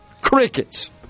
crickets